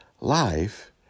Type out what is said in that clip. life